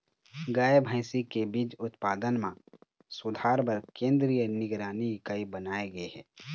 गाय, भइसी के बीज उत्पादन म सुधार बर केंद्रीय निगरानी इकाई बनाए गे हे